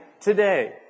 today